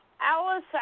Alice